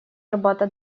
арбата